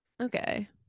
Okay